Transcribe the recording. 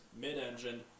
mid-engine